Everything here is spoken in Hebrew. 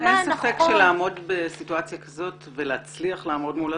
אין ספק שלעמוד בסיטואציה כזאת ולהצליח לעמוד מולה,